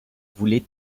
voulait